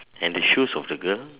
and the shoes of the girl